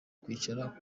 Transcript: kwicara